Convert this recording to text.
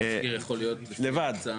המזכיר יכול להיות לבד?